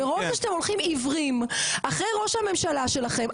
מרוב שאתם הולכים עיוורים אחרי ראש הממשלה שלכם.